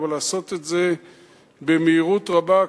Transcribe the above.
אבל לעשות את זה במהירות רבה,